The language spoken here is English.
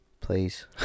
please